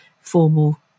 formal